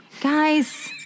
Guys